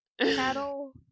Cattle